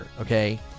okay